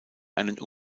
einen